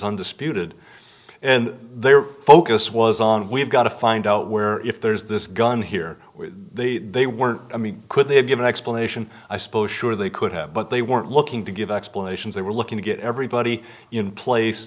undisputed and their focus was on we've got to find out where if there's this gun here or the they weren't i mean could they give an explanation i suppose sure they could have but they weren't looking to give explanations they were looking to get everybody in place